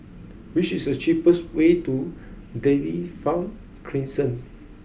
which is the cheapest way to Dairy Farm Crescent